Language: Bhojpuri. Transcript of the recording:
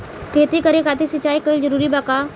खेती करे खातिर सिंचाई कइल जरूरी बा का?